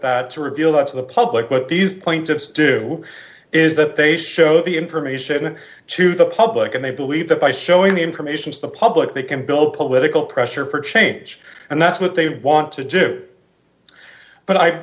that to reveal that to the public what these plaintiffs do is that they show the information to the public and they believe that by showing the information to the public they can build political pressure for change and that's what they want to do but i